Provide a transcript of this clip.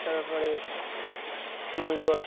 তার পরে মান্ডুয়া